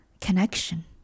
connection